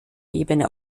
ebene